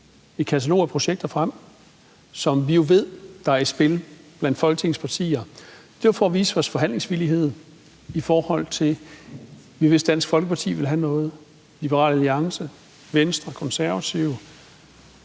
et katalog af projekter frem, som vi vidste var i spil blandt Folketingets partier. Det var for at vise vores forhandlingsvillighed, fordi vi vidste, at Dansk Folkeparti ville have noget, Liberal Alliance ville have